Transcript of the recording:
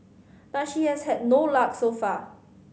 but she has had no luck so far